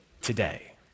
today